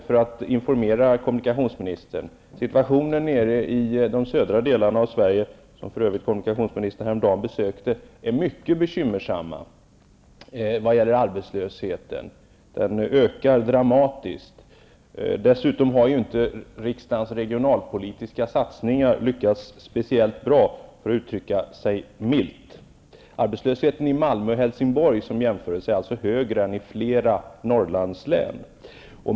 För att informera kommunikationsministern vill jag säga att situationen i de södra delarna av Sverige, som för övrigt kommunikationsministern besökte häromdagen, är mycket bekymmersam. Arbetslösheten ökar dramatiskt. Dessutom har inte riksdagens regionalpolitiska satsningar lyckats speciellt bra, för att uttrycka sig milt. Arbetslösheten i Malmö och Helsingborg är högre än i flera Norrlandslän.